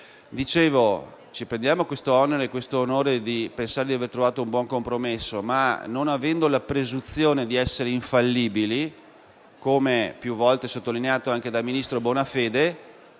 Dicevo che ci prendiamo l'onere e l'onore di pensare di aver trovato un buon compromesso ma, non avendo la presunzione di essere infallibili come più volte sottolineato anche dal ministro Bonafede,